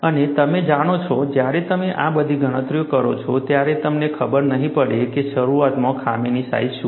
અને તમે જાણો છો જ્યારે તમે આ બધી ગણતરીઓ કરો છો ત્યારે તમને ખબર નહીં પડે કે શરુઆતમાં ખામીની સાઈજ શું છે